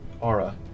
aura